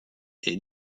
est